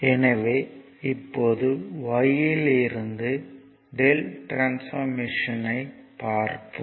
எனவே இப்போது Y யில் இருந்து Δ டிரான்ஸ்பார்மஷன் ஐ பார்ப்போம்